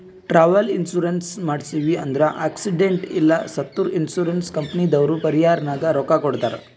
travel insurance ಮಾಡ್ಸಿವ್ ಅಂದುರ್ accident ಇಲ್ಲ ಸತ್ತುರ್ ಇನ್ಸೂರೆನ್ಸ್ ಕಂಪನಿದವ್ರು ಪರಿಹಾರನಾಗ್ ರೊಕ್ಕಾ ಕೊಡ್ತಾರ್